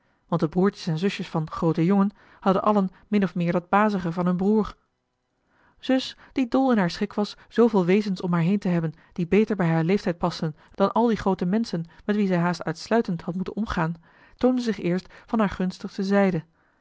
want de broertjes en zusjes van groote jongen hadden allen min of meer dat bazige van hun broer zus die dol in haar schik was zooveel wezens om haar heen te hebben die beter bij haar leeftijd pasten dan al die groote menschen met wie zij joh h been paddeltje de scheepsjongen van michiel de ruijter haast uitsluitend had moeten omgaan toonde zich eerst van haar gunstigste zijde